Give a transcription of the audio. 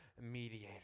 mediator